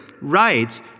writes